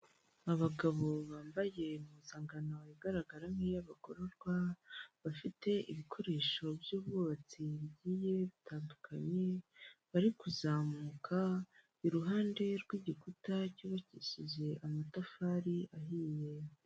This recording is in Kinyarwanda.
Abagabo bambaye impuzangano igaragara nk'iy'abagororwa, bafite ibikoresho by'ubwubatsi bigiye bitandukanye, bari kuzamuka iruhande rw'igikuta cyubakishije amatafari ahiye.